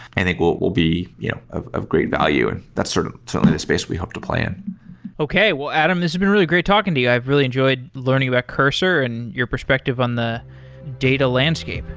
i think will will be you know of of great value, and that's sort of certainly the space we hope to play in okay. well, adam, it's been really great talking to you. i've really enjoyed learning about cursor and your perspective on the data landscape.